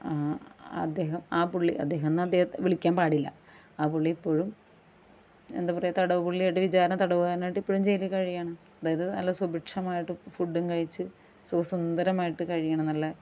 അദ്ദേഹം ആ പുള്ളി അദ്ദേഹമെന്ന് അദ്ദേഹത്തെ വിളിക്കാൻ പാടില്ല ആ പുള്ളി ഇപ്പോളും എന്താ പറയുക തടവ് പുള്ളിയായിട്ട് വിചാരണത്തടവ്കാരനായിട്ട് ഇപ്പഴും ജയിലിൽ കഴിയുകയാണ് അതായത് നല്ല സുഭിക്ഷമായിട്ട് ഫുഡ് കഴിച്ച് സുഖസുന്ദരമായിട്ട് കഴിയുകയാണ് നല്ല